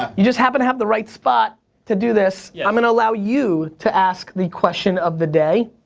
ah you just happen to have the right spot to do this. yeah i'm gonna allow you to ask the question of the day.